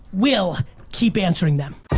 we'll keep answering them.